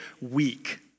weak